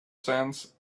sands